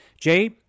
Jay